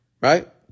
right